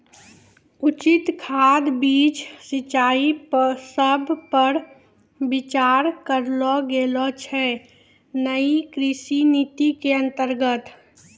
उचित खाद, बीज, सिंचाई सब पर विचार करलो गेलो छै नयी कृषि नीति के अन्तर्गत